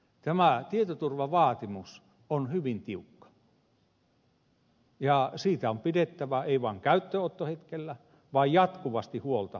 tämä tietoturvavaatimus on hyvin tiukka ja siitä on pidettävä huolta ei vain käyttöönottohetkellä vaan jatkuvasti että se pitää